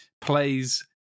plays